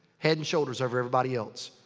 head and shoulders over everybody else.